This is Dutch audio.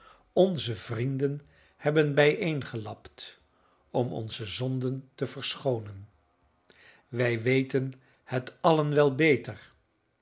onze vrienden hebben bijeengelapt om onze zonden te verschoonen wij weten het allen wel beter